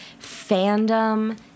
fandom